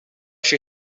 she